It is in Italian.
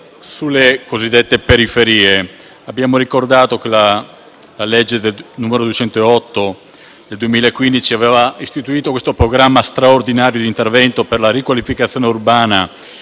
della norma sulle periferie. Abbiamo ricordato che la legge n. 208 del 2015 aveva istituito il programma straordinario di intervento per la riqualificazione urbana